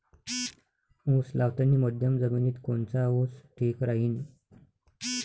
उस लावतानी मध्यम जमिनीत कोनचा ऊस ठीक राहीन?